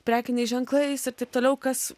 prekiniais ženklais ir taip toliau kas